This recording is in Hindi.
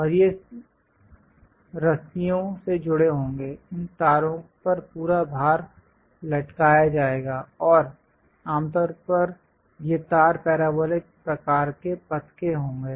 और ये रस्सियों से जुड़े होंगे इन तारों पर पूरा भार लटकाया जाएगा और आमतौर पर ये तार पैराबोलिक प्रकार के पथ के होंगे